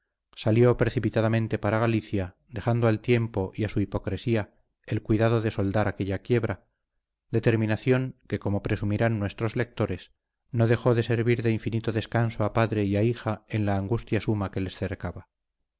salió precipitadamente para galicia dejando al tiempo y a su hipocresía el cuidado de soldar aquella quiebra determinación que como presumirán nuestros lectores no dejó de servir de infinito descanso a padre y a hija en la angustia suma que les cercaba